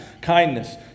kindness